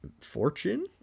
fortune